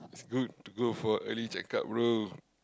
good to go for early checkup bro